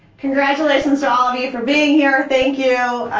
congratulations to all of you for being here. thank you,